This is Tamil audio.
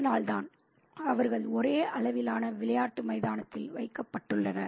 அதனால்தான் அவர்கள் ஒரே அளவிலான விளையாட்டு மைதானத்தில் வைக்கப்பட்டுள்ளனர்